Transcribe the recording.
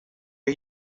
are